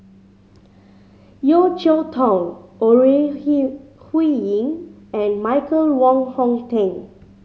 Yeo Cheow Tong Ore Huiying and Michael Wong Hong Teng